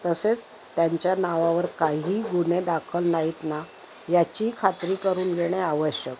तसेच त्यांच्या नावावर काही गुन्हे दाखल नाहीत ना याची खात्री करून घेणे आवश्यक